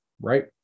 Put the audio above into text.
right